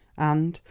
and,